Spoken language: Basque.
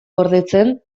gordetzen